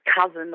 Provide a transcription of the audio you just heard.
cousin